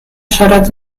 siarad